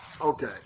Okay